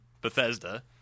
Bethesda